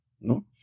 no